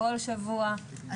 כל שבוע,